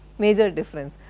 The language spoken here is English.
major difference.